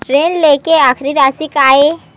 ऋण लेके आखिरी राशि का हे?